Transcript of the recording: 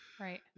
Right